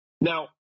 now